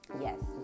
yes